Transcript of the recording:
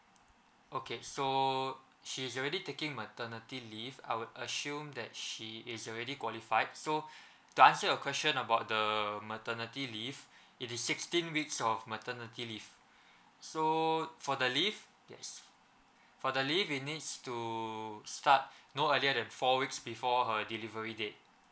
okay so she's already taking maternity leave I would assume that she is already qualified so to answer your question about the maternity leave it is sixteen weeks of maternity leave so for the leave yes for the leave it needs to start no earlier than four weeks before her delivery date